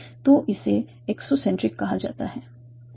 तो इसे एक्सोसेंट्रिक कहा जाता है